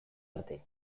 arte